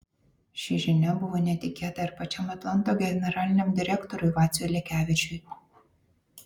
ši žinia buvo netikėta ir pačiam atlanto generaliniam direktoriui vaciui lekevičiui